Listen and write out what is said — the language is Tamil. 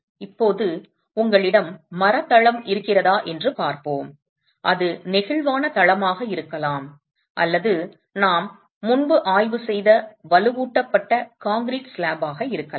இப்போது உங்களிடம் மரத் தளம் இருக்கிறதா என்று பார்ப்போம் அது நெகிழ்வான தளமாக இருக்கலாம் அல்லது நாம் முன்பு ஆய்வு செய்த வலுவூட்டப்பட்ட கான்கிரீட் ஸ்லாப்பாக இருக்கலாம்